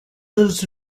lives